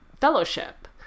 Fellowship